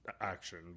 action